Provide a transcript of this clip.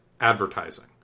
advertising